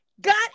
Got